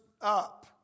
up